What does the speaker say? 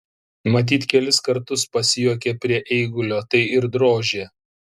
matyt kelis kartus pasijuokė prie eigulio tai ir drožė